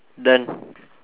done